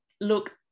look